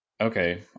Okay